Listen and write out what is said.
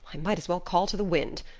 might as well call to the wind.